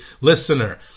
listener